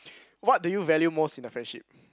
what do you value most in the friendship